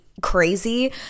crazy